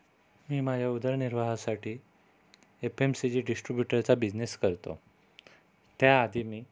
मी माझ्या उदरनिर्वाहासाठी F M C G डिस्ट्रिब्युटरचा बिझनेस करतो त्याआधी मी